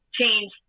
change